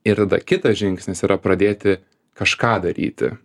ir tada kitas žingsnis yra pradėti kažką daryti